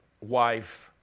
wife